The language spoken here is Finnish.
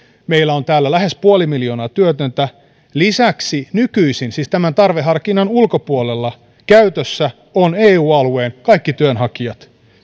meillä on täällä lähes puoli miljoonaa työtöntä lisäksi nykyisin siis tämän tarveharkinnan ulkopuolella käytössä ovat eu alueen kaikki työnhakijat